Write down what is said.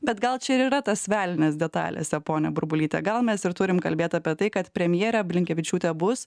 bet gal čia ir yra tas velnias detalėse ponia burbulyte gal mes ir turim kalbėt apie tai kad premjere blinkevičiūtė bus